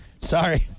Sorry